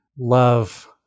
love